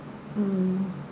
mm